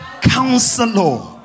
Counselor